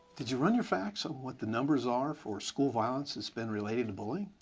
did you run your facts on what the numbers are for school violence that's been related to bullying?